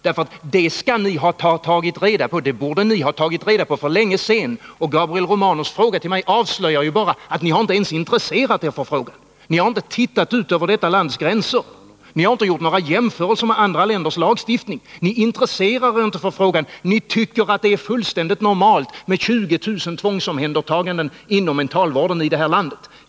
Det borde ni ha tagit reda på för länge sedan, och Gabriel Romanus fråga till mig avslöjar bara att ni inte ens har intresserat er för problemet. Ni har inte tittat ut över detta lands gränser. Ni harinte gjort några jämförelser med andra länders lagstiftning. Ni intresserar er inte för frågan. Ni tycker att det är fullständigt normalt med 20 000 tvångsomhändertaganden inom mentalvården i det här landet.